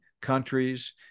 countries